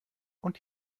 und